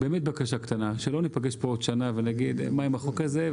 אבל באמת בקשה קטנה: שלא ניפגש כאן עוד שנה ונגיד: מה עם החוק הזה?